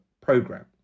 program